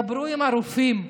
דברו עם הרופאים.